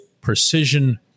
precision